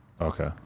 Okay